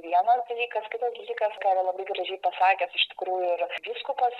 vienas dalykas kitas dalykas ką yra labai gražiai pasakęs iš tikrųjų ir vyskupas